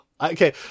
okay